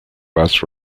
bus